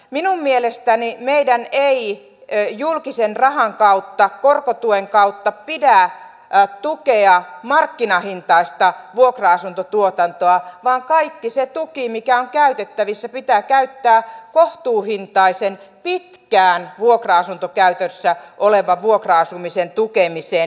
minun mielestäni meidän ei julkisen rahan kautta korkotuen kautta pidä tukea markkinahintaista vuokra asuntotuotantoa vaan kaikki se tuki mikä on käytettävissä pitää käyttää kohtuuhintaisen pitkään vuokra asuntokäytössä olevan vuokra asumisen tukemiseen